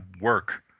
work